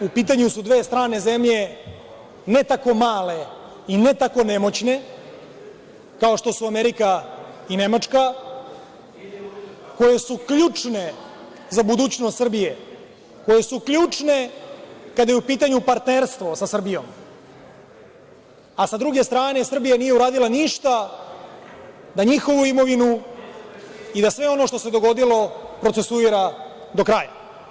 U pitanju su dve strane zemlje ne tako male i ne tako nemoćne, kao što su Amerika i Nemačka, koje su ključne za budućnost Srbije, koje su ključne kada je u pitanju partnerstvo sa Srbijom, a sa druge strane, Srbija nije uradila ništa da njihovu imovinu i da sve ono što se dogodilo procesuira do kraja.